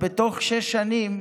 אומרת, תוך שש שנים